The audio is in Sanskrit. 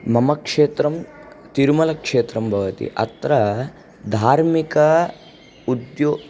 मम क्षेत्रं तिरुमलक्षेत्रं भवति अत्र धार्मिक उद्यो